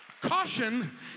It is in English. Caution